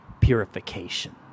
purification